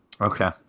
Okay